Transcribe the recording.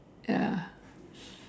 ya